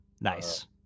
Nice